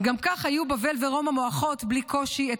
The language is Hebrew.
גם כך היו בבל ורומא מועכות בלי קושי את